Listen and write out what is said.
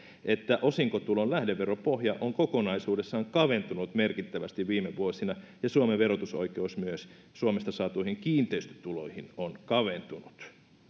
että osinkotulon lähdeveropohja on kokonaisuudessaan kaventunut merkittävästi viime vuosina ja suomen verotusoikeus myös suomesta saatuihin kiinteistötuloihin on kaventunut